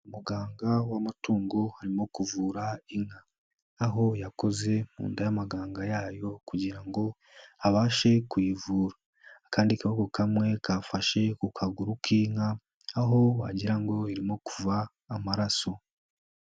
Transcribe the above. Mu muganga w'amatungo arimo kuvura inka. Aho yakoze mu nda y'amaganga yayo kugira ngo abashe kuyivura. Akandi kaboko kamwe, kafashe ku kaguru k'inka, aho wagirango ngo irimo kuva amaraso.